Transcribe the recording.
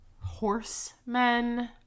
horsemen